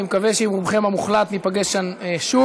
אני מקווה שעם רובכם המוחלט איפגש שוב.